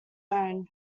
own